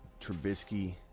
Trubisky